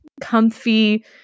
comfy